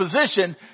position